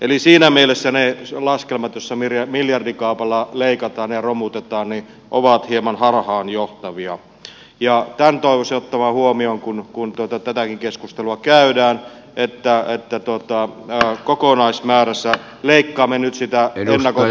eli siinä mielessä ne laskelmat joissa miljardikaupalla leikataan ja romutetaan ovat hieman harhaanjohtavia ja tämän toivoisi otettavan huomioon kun tätäkin keskustelua käydään että kokonaismäärässä leikkaamme nyt sitä ennakoitua kasvua